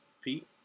feet